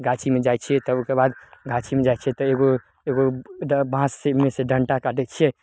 गाछीमे जाइ छियै तऽ ओइके बाद गाछीमे जाइ छियै तऽ एगो एगो एकटा बाँससँ मेसँ डन्टा काटय छियै